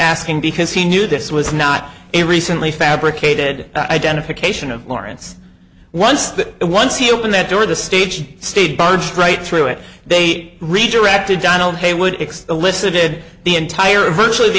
asking because he knew this was not a recently fabricated identification of lawrence once that once he opened that door the stage stayed barged right through it they redirected donald haywood explicit did the entire virtually the